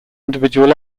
individual